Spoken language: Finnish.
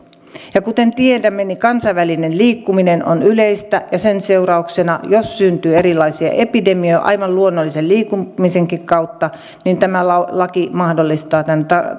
kuten tiedämme kansainvälinen liikkuminen on yleistä ja jos sen seurauksena syntyy erilaisia epidemioita aivan luonnollisen liikkumisenkin kautta niin tämä laki mahdollistaa tämän